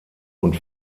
und